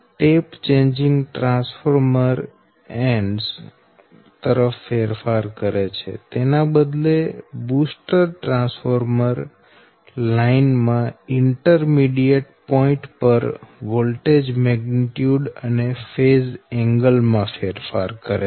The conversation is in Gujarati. ટેપ ચેંજિંગ ટ્રાન્સફોર્મર એન્ડ્સ તરફ ફેરફાર કરે છે તેના બદલે બૂસ્ટર ટ્રાન્સફોર્મર લાઈન માં ઈન્ટરમીડિએટ પોઈન્ટ પર વોલ્ટેજ મેગ્નિટ્યૂડ અને ફેઝ એંગલ માં ફેરફાર કરે છે